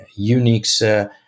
Unix